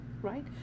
right